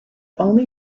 only